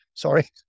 Sorry